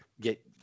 get